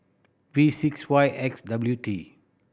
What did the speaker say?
V six Y X W T